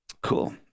Cool